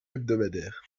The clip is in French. hebdomadaire